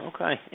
Okay